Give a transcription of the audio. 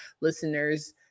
listeners